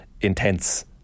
intense